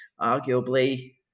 arguably